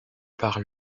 par